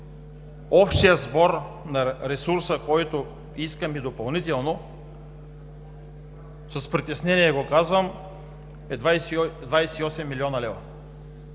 общ сбор на ресурса, който искаме допълнително – с притеснение го казвам – е 28 млн. лв.